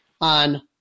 on